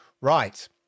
Right